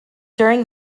during